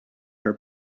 her